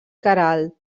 queralt